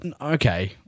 okay